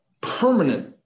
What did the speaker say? permanent